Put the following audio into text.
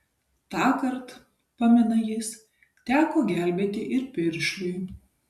tąkart pamena jis teko gelbėti ir piršliui